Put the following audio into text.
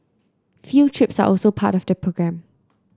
field trips are also part of the programme